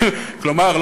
כלומר,